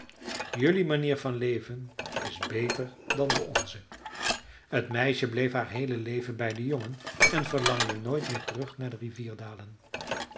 jelui manier van leven is beter dan de onze t meisje bleef haar heele leven bij den jongen en verlangde nooit meer terug naar de rivierdalen